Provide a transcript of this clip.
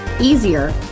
easier